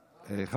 מצוין.